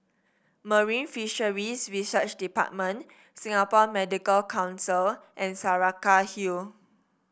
Marine Fisheries Research Department Singapore Medical Council and Saraca Hill